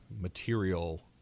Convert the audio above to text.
material